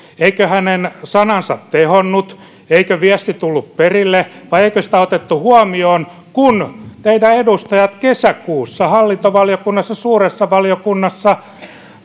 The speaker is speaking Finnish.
eikö hänen sanansa tehonnut eikö viesti tullut perille vai eikö sitä otettu huomioon kun teidän edustajanne kesäkuussa hallintovaliokunnassa ja suuressa valiokunnassa